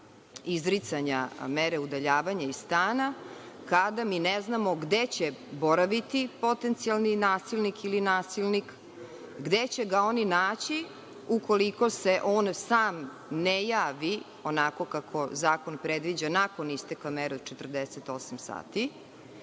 izricanja mere udaljavanja iz stana, kada ne znamo gde će boraviti potencijalni nasilnik ili nasilnik, gde će ga oni naći ukoliko se on sam ne javi, onako kako zakon predviđa, nakon isteka mere od 48 sati,